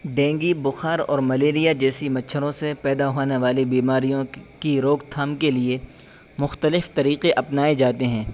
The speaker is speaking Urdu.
ڈینگی بخار اور ملیریا جیسی مچھروں سے پیدا ہونے والی بیماریوں کی روک تھام کے لیے مختلف طریقے اپنائے جاتے ہیں